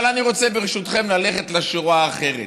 אבל אני רוצה, ברשותכם, ללכת לשורה האחרת,